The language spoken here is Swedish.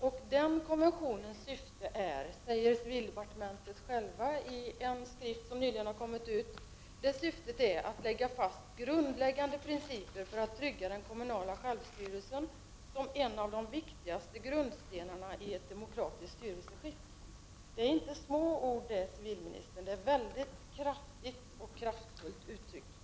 Syftet med denna konvention är enligt en skrift från civildepartementet som nyligen har kommit ut att lägga fast grundläggande principer för att trygga den kommunala självstyrelsen som en av de viktigaste grundstenarna i ett demokratiskt styrelseskick. Det är inte små ord, civilministern. Det är enligt min mening mycket kraftfullt uttryckt.